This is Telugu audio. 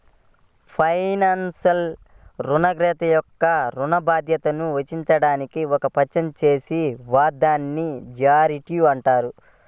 ఫైనాన్స్లో, రుణగ్రహీత యొక్క ఋణ బాధ్యత వహించడానికి ఒక పక్షం చేసిన వాగ్దానాన్నిజ్యూరిటీ